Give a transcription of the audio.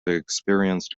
experienced